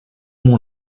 mon